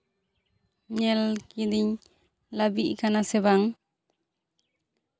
ᱧᱮᱞ ᱠᱤᱫᱟᱹᱧ ᱞᱟᱹᱵᱤᱫ ᱠᱟᱱᱟ ᱥᱮ ᱵᱟᱝ